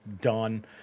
done